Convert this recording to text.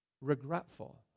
regretful